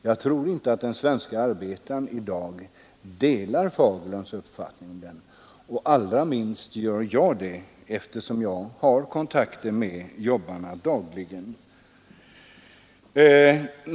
Jag tror inte att den svenske arbetaren i dag delar herr Fagerlunds uppfattning på den punkten, och allra minst gör jag det, eftersom jag har kontakter med jobbarna dagligen.